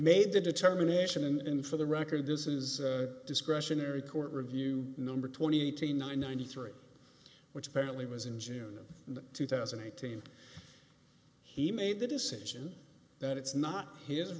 made the determination and for the record this is discretionary court review number twenty to ninety three which apparently was in june of two thousand and eighteen he made the decision that it's not his